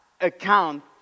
account